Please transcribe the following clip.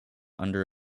under